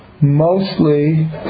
Mostly